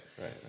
right